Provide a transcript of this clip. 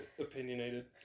opinionated